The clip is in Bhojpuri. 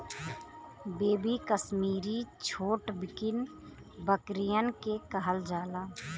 बेबी कसमीरी छोटकिन बकरियन के कहल जाला